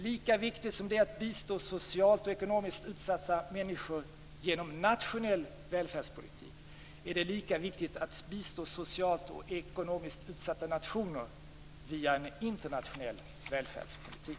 Lika viktigt som det är att bistå socialt och ekonomiskt utsatta människor genom nationell välfärdspolitik är det därför att bistå socialt och ekonomiskt utsatta nationer via en internationell välfärdspolitik.